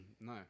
No